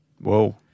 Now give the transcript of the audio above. Whoa